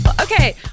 Okay